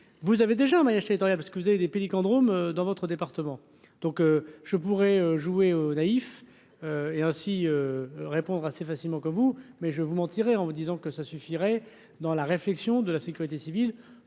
vous avez déjà achète rien parce que vous avez des pélicans Drôme dans votre département, donc je pourrais jouer aux naïf et ainsi répondre assez facilement que vous, mais je vous mentirais en me disant que ça suffirait dans la réflexion de la sécurité civile